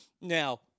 Now